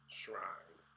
shrine